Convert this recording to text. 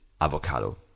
avocado